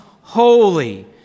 holy